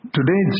Today